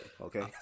okay